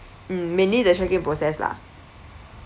mm mainly the check in process lah